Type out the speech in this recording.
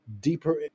deeper